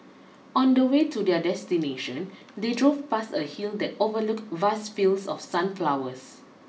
on the way to their destination they drove past a hill that overlooked vast fields of sunflowers